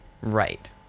Right